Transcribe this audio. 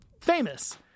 famous